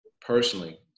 personally